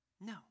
No